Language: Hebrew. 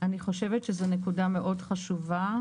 אני חושבת שזו נקודה מאוד חשובה.